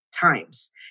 times